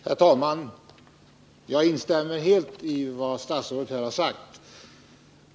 Herr talman! Jag instämmer helt i vad statsrådet har sagt.